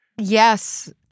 Yes